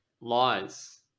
lies